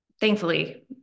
thankfully